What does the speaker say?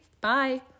Bye